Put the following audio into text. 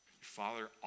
Father